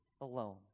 alone